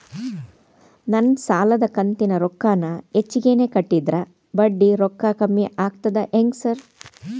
ನಾನ್ ಸಾಲದ ಕಂತಿನ ರೊಕ್ಕಾನ ಹೆಚ್ಚಿಗೆನೇ ಕಟ್ಟಿದ್ರ ಬಡ್ಡಿ ರೊಕ್ಕಾ ಕಮ್ಮಿ ಆಗ್ತದಾ ಹೆಂಗ್ ಸಾರ್?